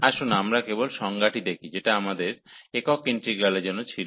আসুন আমরা কেবল সংজ্ঞাটি দেখি যেটা আমাদের একক ইন্টিগ্রালের জন্য ছিল